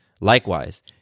Likewise